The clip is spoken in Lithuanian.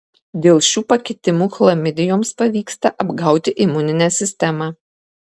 dėl šių pakitimų chlamidijoms pavyksta apgauti imuninę sistemą